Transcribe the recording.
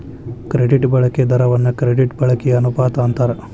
credit ಬಳಕೆ ದರವನ್ನ credit ಬಳಕೆಯ ಅನುಪಾತ ಅಂತಾರ